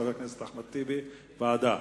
חבר הכנסת אחמד טיבי, ועדה.